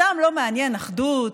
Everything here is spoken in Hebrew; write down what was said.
אותם לא מעניין אחדות,